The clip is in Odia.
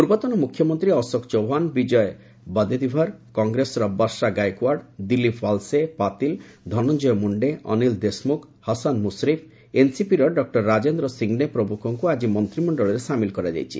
ପୂର୍ବତନ ମୁଖ୍ୟମନ୍ତ୍ରୀ ଅଶୋକ ଚୌହ୍ୱାନ ବିଜୟ ବଦେତିଭର କଂଗ୍ରେସର ବର୍ଷା ଗାଇକ୍ୱାଡ୍ ଦିଲୀପ ୱାଲସେ ପାତିଲ ଧନଞ୍ଜୟ ମ୍ରଣ୍ଣେ ଅନୀଲ ଦେଶମ୍ରଖ ହସନ ମ୍ରସରିଫ୍ ଏନ୍ସିପିର ଡକ୍ଟର ରାଜେନ୍ଦ୍ର ସିଙ୍ଗନେ ପ୍ରମୁଖଙ୍କୁ ଆଜି ମନ୍ତ୍ରିମଣ୍ଡଳରେ ସାମିଲ କରାଯାଇଛି